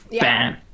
bam